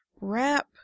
Wrap